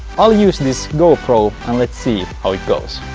i'll use this gopro and let's see how it goes.